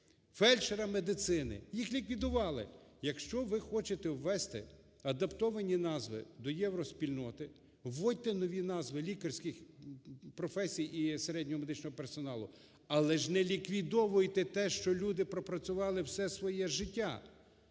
фельдшера медицини. Їх ліквідували! Якщо ви хочете ввести адаптовані назви до євроспільноти, вводьте нові назви лікарських професій і середнього медичного персоналу, але ж не ліквідовуйте те, що люди пропрацювали все своє життя!